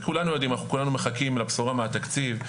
כולנו מחכים לבשורה מהתקציב,